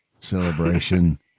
celebration